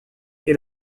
est